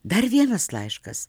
dar vienas laiškas